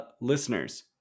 listeners